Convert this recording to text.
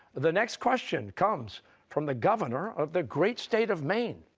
the next question comes from the governor of the great state of maine.